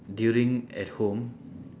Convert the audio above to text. during at home